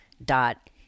dot